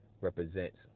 represents